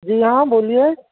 جی ہاں بولیے